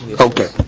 Okay